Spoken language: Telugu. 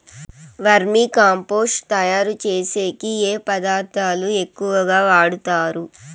వర్మి కంపోస్టు తయారుచేసేకి ఏ పదార్థాలు ఎక్కువగా వాడుతారు